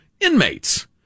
Inmates